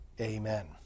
Amen